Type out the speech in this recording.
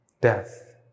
Death